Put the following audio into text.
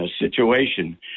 situation